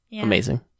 Amazing